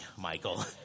Michael